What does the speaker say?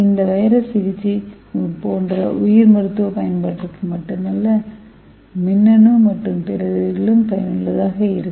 இந்த வைரஸ் சிகிச்சை போன்ற உயிர் மருத்துவ பயன்பாட்டிற்கு மட்டுமல்ல மின்னணு மற்றும் பிற துறைகளிலும் பயனுள்ளதாக இருக்கும்